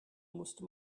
musste